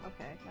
okay